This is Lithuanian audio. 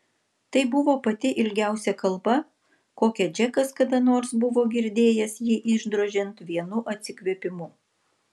tai buvo pati ilgiausia kalba kokią džekas kada nors buvo girdėjęs jį išdrožiant vienu atsikvėpimu